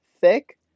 thick